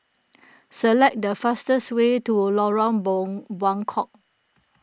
select the fastest way to Lorong boom Buangkok